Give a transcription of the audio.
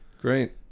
great